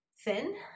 thin